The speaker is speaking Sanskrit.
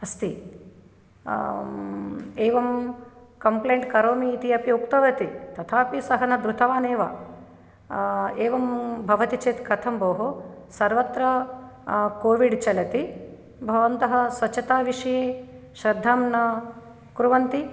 अस्ति एवं कम्प्लेन्ट् करोमि इति अपि उक्तवति तथापि सः न धृतवान् एव एवं भवति चेत् कथं भोः सर्वत्र कोविड् चलति भवन्तः स्वच्छता विषये श्रद्धां न कुर्वन्ति